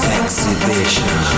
exhibition